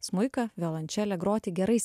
smuiką violončelę groti gerais